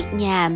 nhà